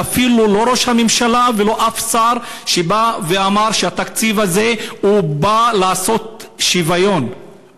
ואפילו לא ראש הממשלה ולא אף שר בא ואמר שהתקציב הזה בא לעשות שוויון,